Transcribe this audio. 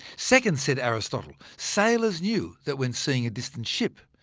second, said aristotle, sailors knew that when seeing a distant ship,